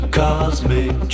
cosmic